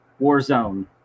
Warzone